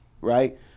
Right